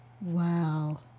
wow